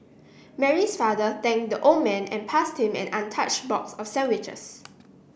Mary's father thanked the old man and passed him an untouched box of sandwiches